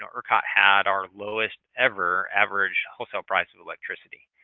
ah ercot had our lowest ever average wholesale price of electricity.